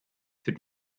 für